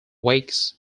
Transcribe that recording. wakes